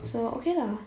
so okay lah